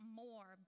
more